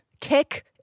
kick